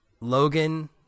Logan